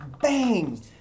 bang